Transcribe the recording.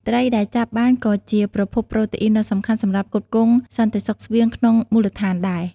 ត្រីដែលចាប់បានក៏ជា ប្រភពប្រូតេអ៊ីន ដ៏សំខាន់សម្រាប់ផ្គត់ផ្គង់សន្តិសុខស្បៀងក្នុងមូលដ្ឋានដែរ។